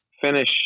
finish